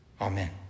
Amen